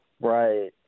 Right